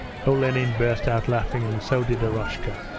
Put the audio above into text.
olenin burst out laughing and so did eroshka.